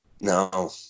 no